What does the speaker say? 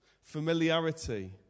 familiarity